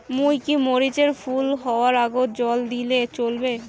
মুই কি মরিচ এর ফুল হাওয়ার আগত জল দিলে চলবে?